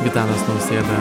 gitanas nausėda